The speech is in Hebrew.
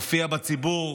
הופיע בציבור,